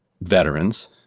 veterans